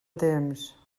temps